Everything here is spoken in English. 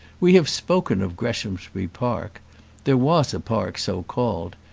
we have spoken of greshamsbury park there was a park so called,